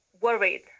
worried